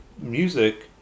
music